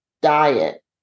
diet